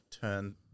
turn